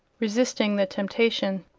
resisting the temptation.